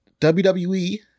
WWE